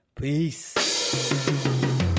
Peace